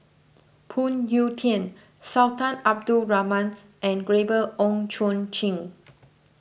Phoon Yew Tien Sultan Abdul Rahman and Gabriel Oon Chong Jin